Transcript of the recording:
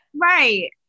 right